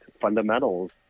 fundamentals